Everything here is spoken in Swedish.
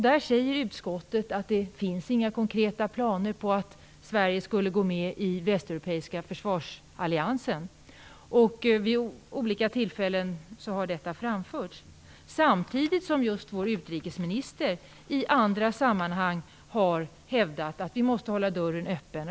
Där säger utskottet att det inte finns några konkreta planer på att Sverige skall gå med i den västeuropeiska försvarsalliansen. Vid olika tillfällen har detta framförts. Samtidigt har vår utrikesminister i andra sammanhang hävdat att vi måste hålla dörren öppen.